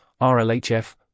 RLHF